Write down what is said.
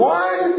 one